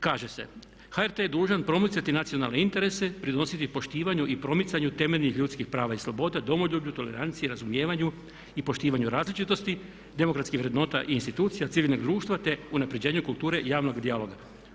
Kaže se, HRT je dužan promicati nacionalne interese, pridonositi poštivanju i promicanju temeljnih ljudskih prava i sloboda, domoljublju toleranciji, razumijevanju i poštivanju različitosti, demokratskih vrednota i institucija civilnog društva te unapređenju kulture javnog dijaloga.